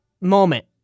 moment